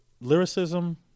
lyricism